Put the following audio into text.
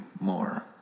more